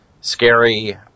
scary